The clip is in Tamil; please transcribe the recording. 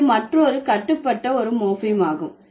இது மற்றொரு கட்டுப்பட்ட ஒரு மோர்பீம் ஆகும்